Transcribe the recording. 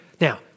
Now